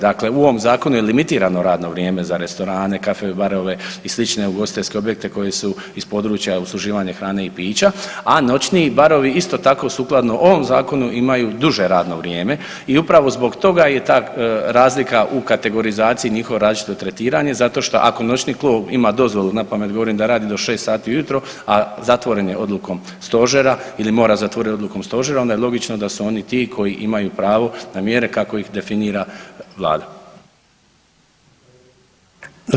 Dakle, u ovom zakonu je limitirano radno vrijeme za restorane, caffe barove i slične ugostiteljske objekte koji su iz područja usluživanja hrane i piće, a noćni barovi isto tako sukladno ovom zakonu imaju duže radno vrijeme i upravo zbog toga je ta razlika u kategorizaciji, njihovo različito tretiranje zato šta ako noćni klub ima dozvolu, napamet govorim, da radi do 6 sati ujutro, a zatvoren je odlukom stožera ili mora zatvorit odlukom stožera onda je logično da su oni ti koji imaju pravo na mjere kako ih definira vlada.